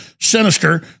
sinister